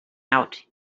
out